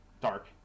dark